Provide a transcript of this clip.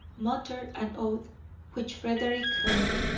muttered an oath which frederick heard.